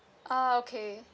ah okay